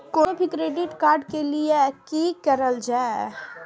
कोनो भी credit card लिए के लेल की करल जाय?